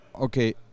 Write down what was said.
okay